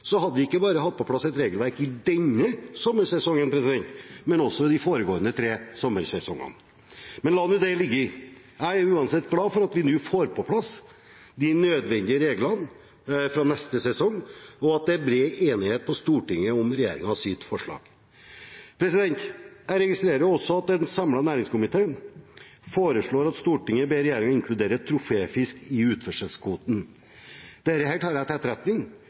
så enig i, hadde vi ikke bare hatt på plass et regelverk denne sommersesongen, men også de foregående tre sommersesongene. Men la nå det ligge. Jeg er uansett glad for at vi nå får på plass de nødvendige reglene fra neste sesong, og at det er bred enighet på Stortinget om regjeringens forslag. Jeg registrerer også at en samlet næringskomité foreslår at Stortinget ber regjeringen inkludere troféfiske i utførselskvoten. Det tar jeg til etterretning